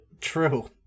True